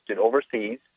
overseas